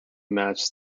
match